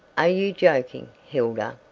are you joking, hilda?